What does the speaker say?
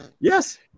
yes